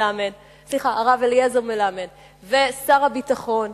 הרב אליעזר מלמד ושר הביטחון,